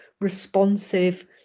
responsive